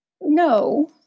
no